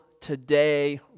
today